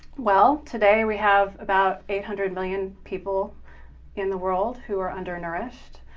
well, today we have about eight hundred million people in the world who are undernourished,